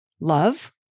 love